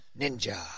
ninja